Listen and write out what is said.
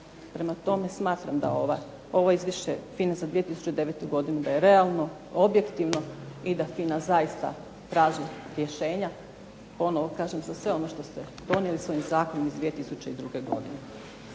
Prema tome smatram da ovo izvješće FINA-e za 2009. godinu da je realno, objektivno i da FINA zaista traži rješenja, ponovo kažem za sve ono što ste donijeli svojim zakonom iz 2002. godine.